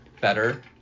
better